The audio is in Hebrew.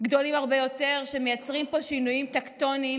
הרבה יותר שמייצרים פה שינויים טקטוניים